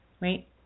right